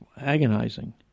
agonizing